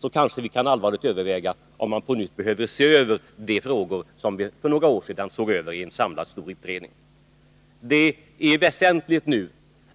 Därefter kan vi kanske överväga om vi på nytt behöver se över de frågor som vi för några år sedan gick igenom i en samlad stor utredning. Nu är det väsentligt